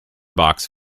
box